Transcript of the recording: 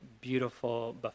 beautiful